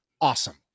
awesome